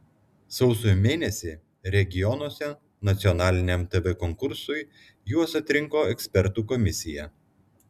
sausio mėnesį regionuose nacionaliniam tv konkursui juos atrinko ekspertų komisija